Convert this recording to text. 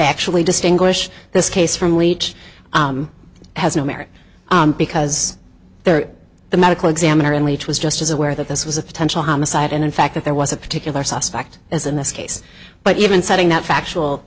factually distinguish this case from leach has no merit because they're the medical examiner and leach was just as aware that this was a potential homicide and in fact that there was a particular suspect as in this case but even setting not factual